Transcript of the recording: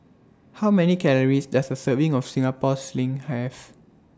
How Many Calories Does A Serving of Singapore Sling Have